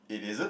it is it